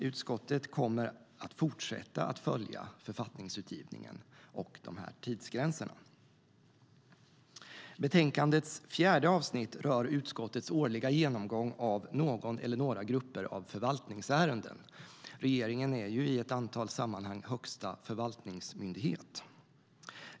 Utskottet kommer att fortsätta att följa författningsutgivningen och tidsgränserna. Betänkandets fjärde avsnitt rör utskottets årliga genomgång av någon eller några grupper av förvaltningsärenden. Regeringen är i ett antal sammanhang högsta förvaltningsmyndighet.